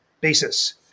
basis